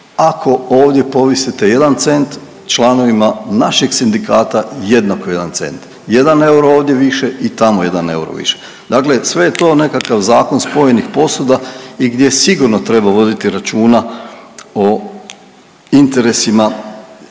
ako ovdje povisite jedan cent članovima našeg sindikata jednako jedan cent, jedan euro ovdje više i tamo jedan euro više, dakle sve je to nekakav zakon spojenih posuda i gdje sigurno treba voditi računa o interesima